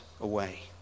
away